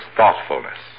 thoughtfulness